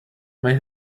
may